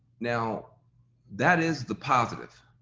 now that is the positive.